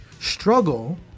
struggle